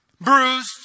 bruised